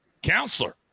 counselor